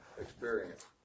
experience